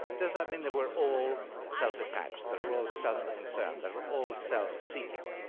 does that mean that we're all self-attached? that we're all self-concerned, that we're all self-seeking?